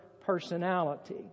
personality